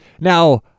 Now